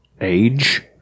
Age